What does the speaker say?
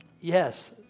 Yes